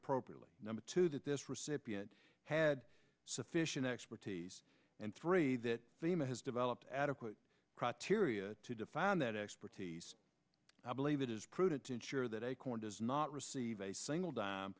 appropriately number two that this recipient had sufficient expertise and three that the human has developed adequate profiteering to define that expertise i believe it is prudent to ensure that acorn does not receive a single d